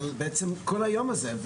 על בעצם כל היום הזה.